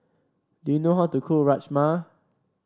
do you know how to cook Rajma